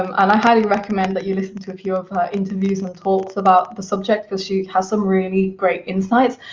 um and i highly recommend that you listen to a few of her interviews and talks about the subject, because she has some really great insights.